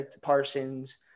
Parsons